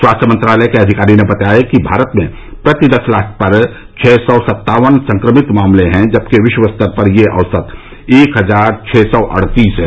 स्वास्थ्य मंत्रालय के अधिकारी ने बताया कि भारत में प्रति दस लाख पर छह सौ सत्तावन संक्रमित मामले हैं जबकि विश्व स्तर पर यह औसत एक हजार छह सौ अड़तीस है